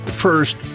First